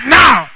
now